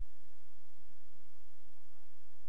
הם אומרים: קבר יוסף הוא בכלל שטח פלסטיני.